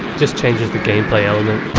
just changes the gameplay element.